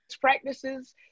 practices